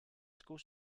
school